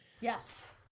Yes